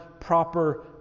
proper